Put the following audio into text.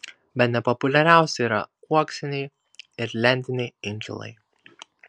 bene populiariausi yra uoksiniai ir lentiniai inkilai